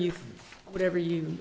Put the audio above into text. you whatever you